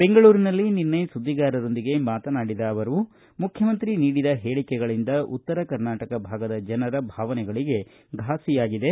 ಬೆಂಗಳೂರಿನಲ್ಲಿ ನಿನ್ನೆ ಸುದ್ದಿಗಾರರೊಂದಿಗೆ ಮಾತನಾಡಿದ ಅವರು ಮುಖ್ಯಮಂತ್ರಿ ನೀಡಿದ ಹೇಳಿಕೆಗಳಿಂದ ಉತ್ತರ ಕರ್ನಾಟಕ ಭಾಗದ ಜನರ ಭಾವನೆಗಳಗೆ ಫಾಸಿಯಾಗಿದೆ